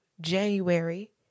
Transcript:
January